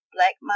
Black